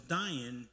dying